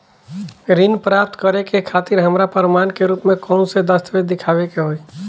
ऋण प्राप्त करे के खातिर हमरा प्रमाण के रूप में कउन से दस्तावेज़ दिखावे के होइ?